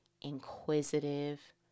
inquisitive